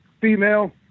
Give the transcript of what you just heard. female